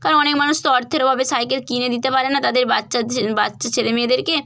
কারণ অনেক মানুষ তো অর্থের অভাবে সাইকেল কিনে দিতে পারে না তাদের বাচ্চার ছে বাচ্চা ছেলে মেয়েদেরকে